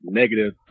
Negative